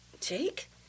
Jake